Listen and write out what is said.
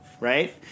right